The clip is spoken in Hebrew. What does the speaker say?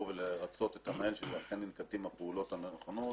ולרצות את המנהל שאכן ננקטות הפעולות הנכונות.